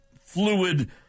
fluid